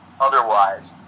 otherwise